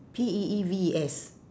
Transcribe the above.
P E E V E S